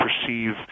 perceive